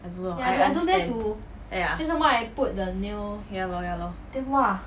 I also don't know I understand ya ya lor ya lor